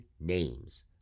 names